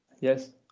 Yes